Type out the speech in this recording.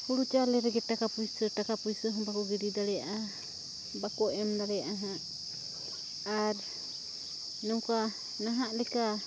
ᱦᱳᱲᱳ ᱪᱟᱣᱞᱮ ᱨᱮᱜᱮ ᱴᱟᱠᱟ ᱯᱩᱭᱥᱟᱹ ᱴᱟᱠᱟ ᱯᱩᱭᱥᱟᱹ ᱦᱚᱸ ᱵᱟᱠᱚ ᱜᱤᱰᱤ ᱫᱟᱲᱮᱭᱟᱜᱼᱟ ᱵᱟᱠᱚ ᱮᱢ ᱫᱟᱲᱮᱭᱟᱜᱼᱟ ᱦᱟᱸᱜ ᱟᱨ ᱱᱚᱝᱠᱟ ᱱᱟᱦᱟᱜ ᱞᱮᱠᱟ